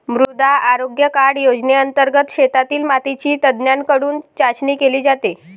मृदा आरोग्य कार्ड योजनेंतर्गत शेतातील मातीची तज्ज्ञांकडून चाचणी केली जाते